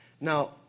Now